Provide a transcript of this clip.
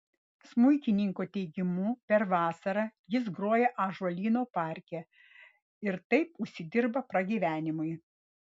smuikininko teigimu per vasarą jis groja ąžuolyno parke ir taip užsidirba pragyvenimui